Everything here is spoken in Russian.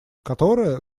которая